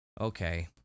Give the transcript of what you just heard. okay